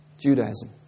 Judaism